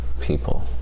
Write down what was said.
people